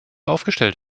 aufgestellt